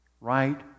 right